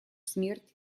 смерть